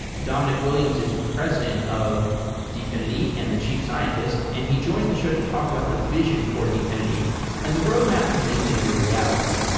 dominic williams is the president of dfinity and the chief scientist and he joins the show to talk about the vision for dfinity and the roadmap to making it a reality.